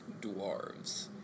Dwarves